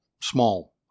small